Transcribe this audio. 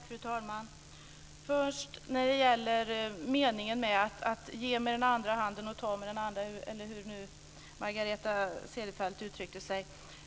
Fru talman! Först till detta med att ge med den ena handen och ta med den andra eller hur Margareta Cederfelt nu uttryckte sig.